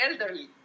elderly